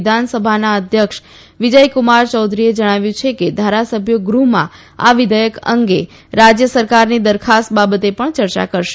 વિધાનસભાના અધ્યક્ષ વિજયકુમાર ચૌધરીએ જણાવ્યું છે કે ધારાસભ્યો ગૃહમાં આ વિધેયક અંગે રાજ્ય સરકારની દરખાસ્ત બાબતે પણ ચર્ચા કરશે